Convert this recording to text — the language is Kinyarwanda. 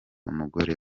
umugore